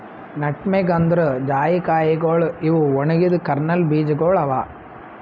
nutmeg ಅಂದುರ್ ಜಾಯಿಕಾಯಿಗೊಳ್ ಇವು ಒಣಗಿದ್ ಕರ್ನಲ್ ಬೀಜಗೊಳ್ ಅವಾ